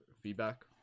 feedback